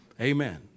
Amen